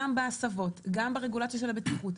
גם בהסבות, גם ברגולציית הבטיחות.